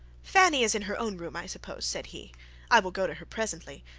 fanny is in her own room, i suppose, said he i will go to her presently,